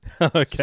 Okay